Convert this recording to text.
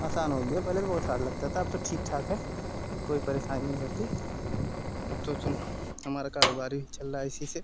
आसान हो गया पहले तो बहुत हार्ड लगता था अब तो ठीक ठाक है कोई परेशानी नहीं होती अब तो तुम हमारा कारोबार भी चल रहा इसी से